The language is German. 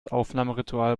aufnahmeritual